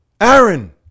Aaron